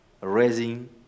raising